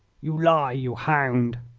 you lie, you hound!